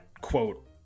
quote